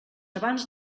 abans